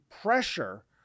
pressure